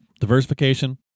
diversification